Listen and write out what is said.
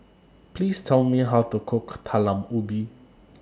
Please Tell Me How to Cook Talam Ubi